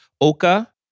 Oka